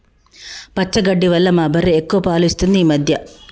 పచ్చగడ్డి వల్ల మా బర్రె ఎక్కువ పాలు ఇస్తుంది ఈ మధ్య